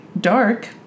dark